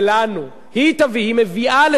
היא תביא, היא מביאה לצדק חברתי,